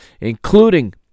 including